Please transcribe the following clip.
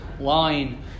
line